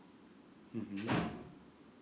mmhmm